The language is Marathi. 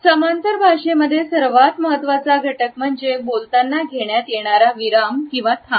समांतर भाषेमध्ये सर्वात महत्त्वाचा घटक म्हणजे बोलताना घेण्यात येणारा विराम किंवा थांबा